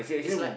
is like